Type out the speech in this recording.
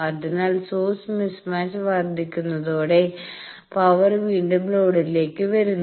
അതിനാൽ source mismatch വർദ്ധിക്കുന്നതോടെ power വീണ്ടും ലോഡിലേക്ക് വരുന്നു